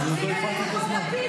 אדון לפיד,